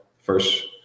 first